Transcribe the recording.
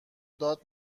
داد